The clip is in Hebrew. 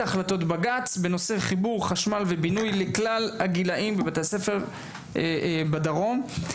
החלטות בג״ץ בנוגע לחיבור חשמל ובינוי לכלל בתי הספר בכלל הגילאים בדרום.